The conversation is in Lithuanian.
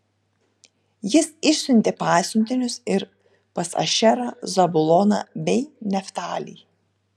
jis išsiuntė pasiuntinius ir pas ašerą zabuloną bei neftalį